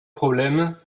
problème